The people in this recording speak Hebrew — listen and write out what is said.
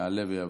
יעלה ויבוא.